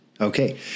Okay